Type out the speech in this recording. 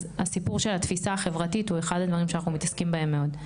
אז הסיפור של התפיסה החברתית הוא אחד הדברים שאנחנו מתעסקים בהם מאוד.